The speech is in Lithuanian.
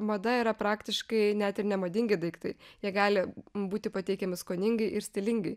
mada yra praktiškai net ir nemadingi daiktai jie gali būti pateikiami skoningai ir stilingai